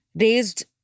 raised